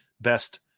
best